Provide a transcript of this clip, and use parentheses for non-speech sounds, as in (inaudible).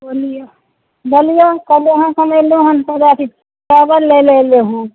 बोलिऔ बोलिऔ कहलौँ हँ हम अएलौँ हँ (unintelligible) सँ चावल लैलए अएलौँ हँ